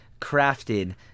crafted